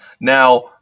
Now